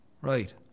Right